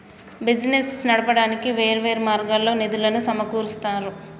business నడపడానికి వేర్వేరు మార్గాల్లో నిధులను సమకూరుత్తారు